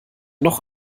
noch